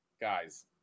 Guys